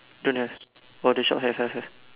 don't have orh the shop have have have